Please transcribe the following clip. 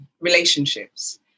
relationships